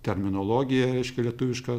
terminologiją reiškia lietuvišką